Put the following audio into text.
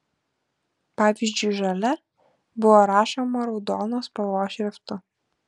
pavyzdžiui žalia buvo rašoma raudonos spalvos šriftu